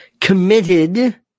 committed